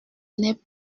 n’est